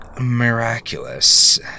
miraculous